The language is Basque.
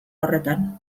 horretan